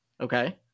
Okay